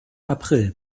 april